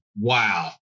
wow